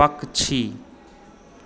पक्षी